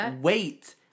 wait